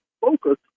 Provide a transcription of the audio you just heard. focus